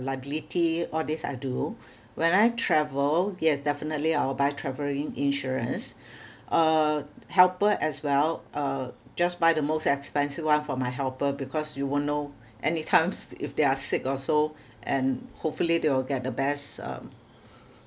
liability all these I do when I travel yes definitely I will buy travelling insurance uh helper as well uh just buy the most expensive one for my helper because you won't know anytimes if they are sick also and hopefully they will get the best um